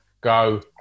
go